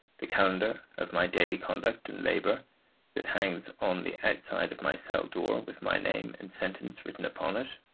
the calendar of my daily conduct and labour that hangs on the outside of my cell door, with my name and sentence written upon it,